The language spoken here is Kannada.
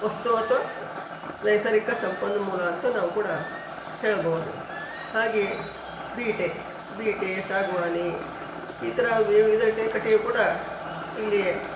ವಸ್ತು ಅಥವಾ ನೈಸರ್ಗಿಕ ಸಂಪನ್ಮೂಲ ಅಂತ ನಾವು ಕೂಡ ಹೇಳಬಹುದು ಹಾಗೆಯೇ ಬೀಟೆ ಬೀಟೆ ಸಾಗುವಾನಿ ಈ ಥರ ವಿವಿಧ ರೀತಿಯ ಕಟ್ಟಿಗೆ ಕೂಡ ಇಲ್ಲಿ